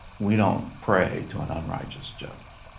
we don't pray to an unrighteous judge.